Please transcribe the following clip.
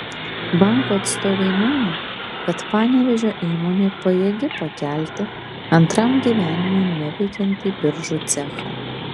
banko atstovai mano kad panevėžio įmonė pajėgi pakelti antram gyvenimui neveikiantį biržų cechą